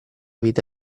vita